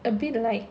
a bit like